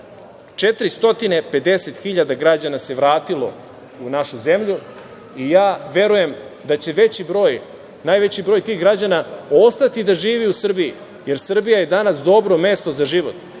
građana Srbije se vratilo u našu zemlju. Verujem da će najveći broj tih građana ostati da živi u Srbiji, jer Srbija je danas dobro mesto za život.